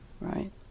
right